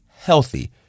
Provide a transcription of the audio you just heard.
Healthy